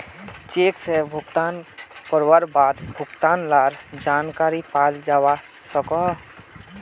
cheque से भुगतान करवार बाद भुगतान लार जानकारी पाल जावा सकोहो